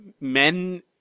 men